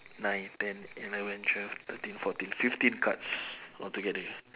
nine ten eleven twelve thirteen fourteen fifteen cards altogether